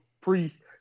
Priest